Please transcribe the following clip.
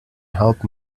help